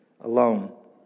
alone